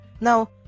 now